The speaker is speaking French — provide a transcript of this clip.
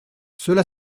cela